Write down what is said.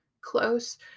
close